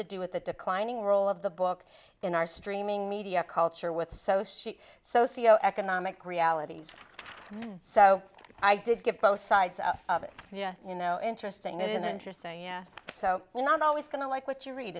to do with the declining role of the book in our streaming media culture with so she socio economic realities so i did give both sides of it yes you know interesting it is interesting so you're not always going to like what you read